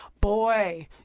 Boy